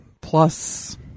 plus